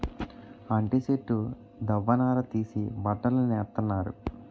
అంటి సెట్టు దవ్వ నార తీసి బట్టలు నేత్తన్నారు